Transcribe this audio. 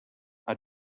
are